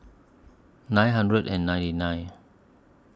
nine hundred and ninety nine